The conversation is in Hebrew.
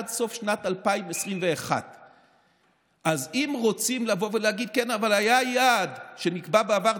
עד סוף שנת 2021. אז אם רוצים להגיד: אבל היה יעד שנקבע בעבר,